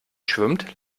schwimmt